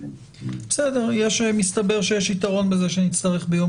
בסדר מסתבר שיש יתרון בזה שנצטרך ביום